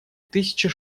тысячи